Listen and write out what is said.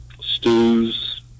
stews